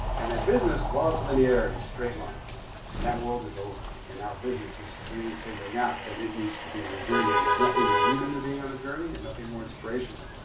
and then business loves linearity, straight lines. and that world is over. and now, business is really figuring out that it needs to be on a journey. and there's nothing more human than being on a journey, and nothing more inspirational.